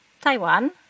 Taiwan